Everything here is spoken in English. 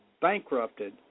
bankrupted